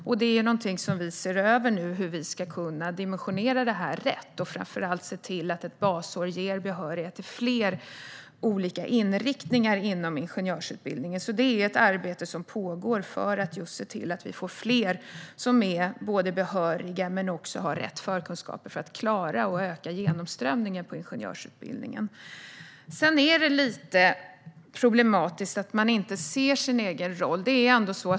Vi ser nu över hur vi ska kunna dimensionera detta rätt. Framför allt handlar det om att se till att ett basår ger behörighet till flera inriktningar inom ingenjörsutbildningen. Det pågår ett arbete som handlar om att se till att vi får fler som är behöriga och som också har rätt förkunskaper för att klara ingenjörsutbildningen, så att genomströmningen på ingenjörsutbildningen ökar. Det är lite problematiskt att man inte ser sin egen roll.